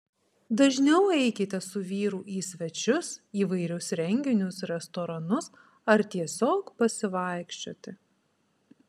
dažniau eikite su vyru į svečius įvairius renginius restoranus ar tiesiog pasivaikščioti